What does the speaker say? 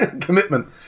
commitment